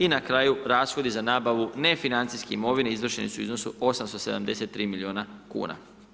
I na kraju rashodi za nabavu nefinancijske imovine izvršeni su u iznosu 873 milijuna kuna.